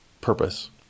purpose